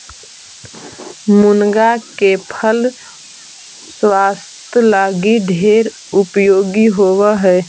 मुनगा के फल स्वास्थ्य लागी ढेर उपयोगी होब हई